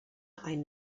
ein